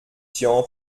tian